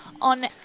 on